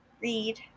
read